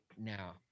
now